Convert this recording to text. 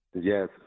Yes